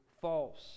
false